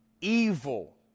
...evil